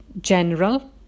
general